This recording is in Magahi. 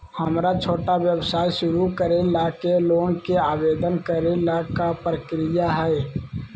हमरा छोटा व्यवसाय शुरू करे ला के लोन के आवेदन करे ल का प्रक्रिया हई?